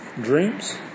dreams